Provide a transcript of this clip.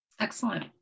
Excellent